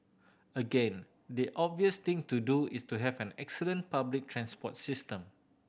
again the obvious thing to do is to have an excellent public transport system